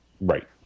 Right